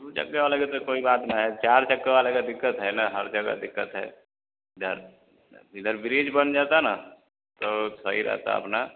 दो चक्के वाले का तो कोई बात न है चार चक्के वाले को दिक्कत है ना हर जगह दिक्कत है इधर इधर ब्रिज बन जाता ना तो सही रहता अपना